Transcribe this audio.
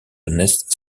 nest